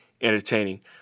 entertaining